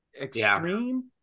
extreme